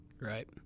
Right